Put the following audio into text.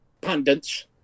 pundits